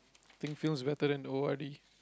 thing feels better than o_r_d